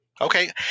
Okay